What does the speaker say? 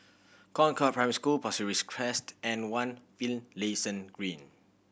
Concord Primary School Pasir Ris Crest and One Finlayson Green